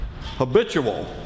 habitual